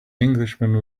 englishman